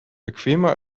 bequemer